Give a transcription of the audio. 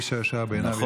איש הישר בעיניו יעשה".